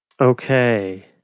Okay